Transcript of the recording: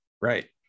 right